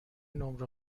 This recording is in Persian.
نمره